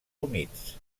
humits